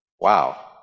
wow